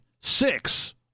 six